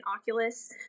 Oculus